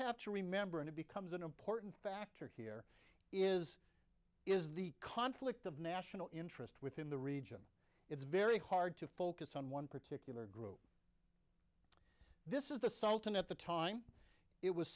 have to remember and it becomes an important factor here is is the conflict of national interest within the region it's very hard to focus on one particular group this is the sultan at the time it was